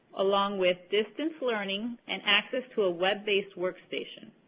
along with distance learning and access to a web based workstation.